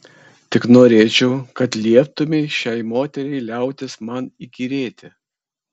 tik norėčiau kad lieptumei šiai moteriai liautis man įkyrėti